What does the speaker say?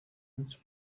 munsi